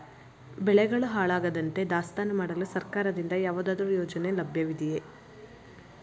ಬೆಳೆಗಳು ಹಾಳಾಗದಂತೆ ದಾಸ್ತಾನು ಮಾಡಲು ಸರ್ಕಾರದಿಂದ ಯಾವುದಾದರು ಯೋಜನೆ ಲಭ್ಯವಿದೆಯೇ?